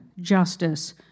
justice